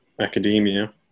academia